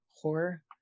horror